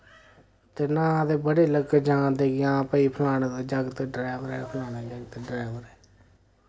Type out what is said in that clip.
ते नां ते बड़े लोके जान दे कि हां भाई फलाने दा जागत ड्रैवर ऐ फलाने दा जागत ड्रैवर ऐ